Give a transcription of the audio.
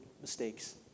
mistakes